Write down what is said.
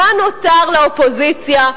מה נותר לאופוזיציה,